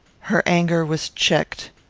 her anger was checked.